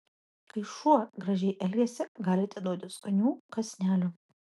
kai šuo gražiai elgiasi galite duoti skanių kąsnelių